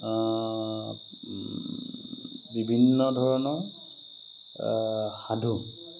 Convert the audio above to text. বিভিন্ন ধৰণৰ সাধু